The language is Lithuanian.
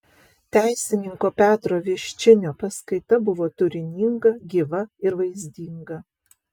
teisininko petro viščinio paskaita buvo turininga gyva ir vaizdinga